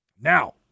Now